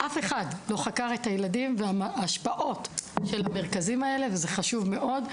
אף אחד לא חקר את הילדים ואת ההשפעות של המרכזים האלה וזה חשוב מאוד.